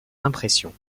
impression